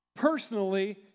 personally